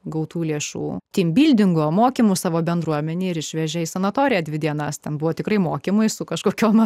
gautų lėšų tymbildingo mokymų savo bendruomenėje ir išvežė į sanatoriją dvi dienas tam buvo tikrai mokymui su kažkokiom